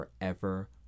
forever